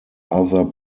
other